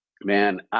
Man